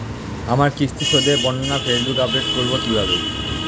আমার কিস্তি শোধে বর্ণনা পাসবুক আপডেট করব কিভাবে?